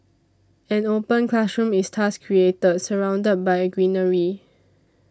an open classroom is thus created surrounded by greenery